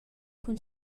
cun